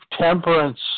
temperance